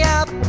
up